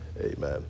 Amen